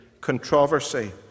controversy